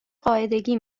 قاعدگی